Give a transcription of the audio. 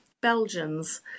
Belgians